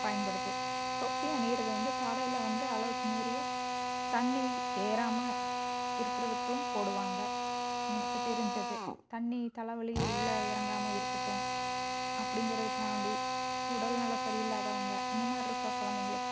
பயன்படுது தொப்பி அணியிறது வந்து தலையில் வந்து அளவுக்கு மீறிய தண்ணி ஏறாமல் இருக்கிறதுக்கும் போடுவாங்கள் எனக்கு தெரிஞ்சது தண்ணி தலை வலியே உள்ளே இறங்காம இருக்கட்டும் அப்டிங்கிறதுக்காண்டி உடல்நில சரியில்லாதவங்கள் அந்தமாதிரி இருக்க குலந்தைங்களுக்கு